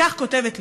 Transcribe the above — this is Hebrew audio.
וכך כותבת לי,